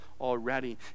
already